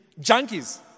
junkies